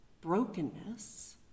brokenness